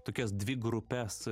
tokias dvi grupes